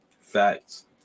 Facts